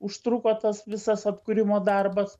užtruko tas visas atkūrimo darbas